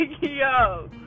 yo